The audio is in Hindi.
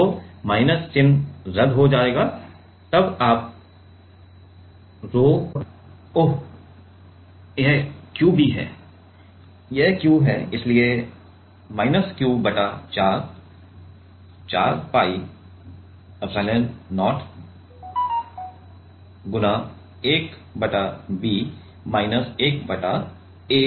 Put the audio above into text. तो माइनस चिन्ह रद्द हो जाते है तब आप ओह यह Q भी है यह Q है इसलिए माइनस Q बटा 4 pi एप्सिलॉन0 × 1 बटा b माइनस 1 बटा a